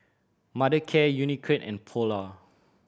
Mothercare Unicurd and Polar